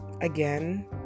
again